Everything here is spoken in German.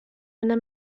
eine